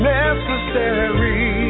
necessary